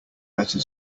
better